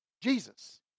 Jesus